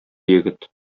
егет